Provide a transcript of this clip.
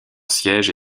siège